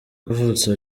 kavutse